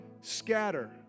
scatter